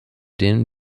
den